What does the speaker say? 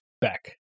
back